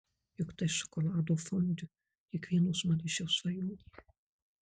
juk tai šokolado fondiu kiekvieno smaližiaus svajonė